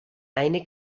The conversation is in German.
eine